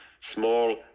small